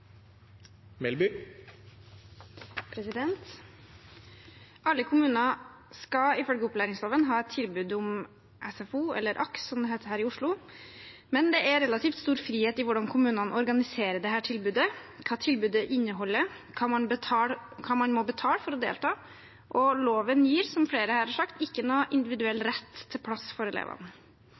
relativt stor frihet i hvordan kommunene organiserer dette tilbudet, hva tilbudet inneholder, og hva man må betale for å delta, og loven gir, som flere her har sagt, ikke noen individuell rett til plass for elevene.